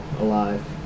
alive